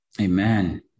Amen